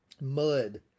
mud